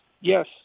yes